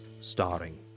Starring